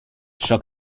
shook